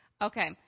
Okay